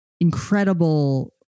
incredible